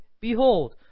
behold